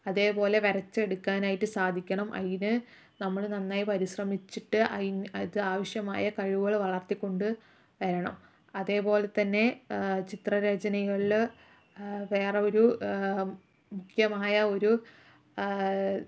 അതേപോലെ വരച്ചെടുക്കാനായിട്ട് സാധിക്കണം അതിന് നമ്മൾ നന്നായി പരിശ്രമിച്ചിട്ട് അതിന് അതാവശ്യമായ കഴിവുകൾ വളർത്തിക്കൊണ്ടുവരണം അതേപോലെ തന്നെ ചിത്രരചനകളിൽ വേറെ ഒരു മുഖ്യമായ ഒരു